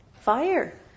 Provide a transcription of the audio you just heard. fire